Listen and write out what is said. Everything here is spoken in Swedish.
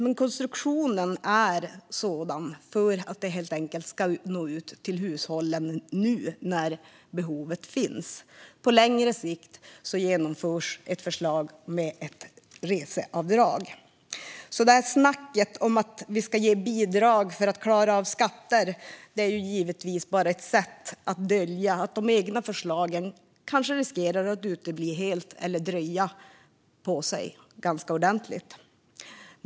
Men konstruktionen är sådan för att stödet helt enkelt ska nå ut till hushållen nu när behovet finns. På längre sikt genomförs ett förslag om ett reseavdrag. Det där snacket om att vi ska ge bidrag för att klara av skatter är ju givetvis bara ett sätt att dölja att de egna förslagen kanske riskerar att utebli helt eller dröja ganska ordentligt.